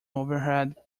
overhead